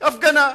הפגנה,